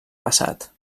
passat